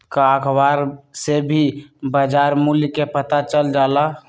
का अखबार से भी बजार मूल्य के पता चल जाला?